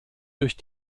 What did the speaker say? durch